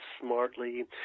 smartly